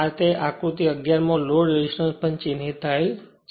આ તે આકૃતિ 11 માં લોડ રેસિસ્ટન્સ પણ ચિહ્નિત થયેલ છે